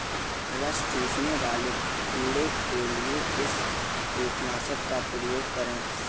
रस चूसने वाले कीड़े के लिए किस कीटनाशक का प्रयोग करें?